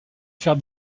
faire